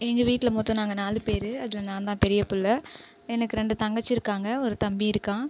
எங்கள் வீட்டில் மொத்தம் நாங்கள் நாலு பேர் அதில் நான் தான் பெரிய பிள்ள எனக்கு ரெண்டு தங்கச்சி இருக்காங்க ஒரு தம்பி இருக்கான்